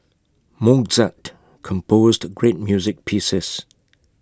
Mozart composed great music pieces